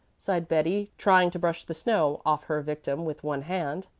sighed betty, trying to brush the snow off her victim with one hand.